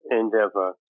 endeavor